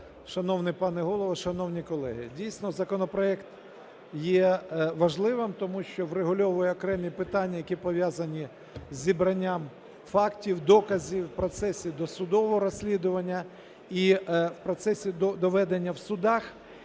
Шановний пане Голово, шановні колеги, дійсно законопроект є важливим, тому що врегульовує окремі питання, які пов'язані із зібранням фактів, доказів у процесі досудового розслідування і в процесі доведення в судах.